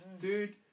Dude